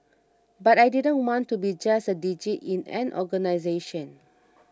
but I didn't want to be just a digit in an organisation